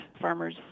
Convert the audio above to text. farmers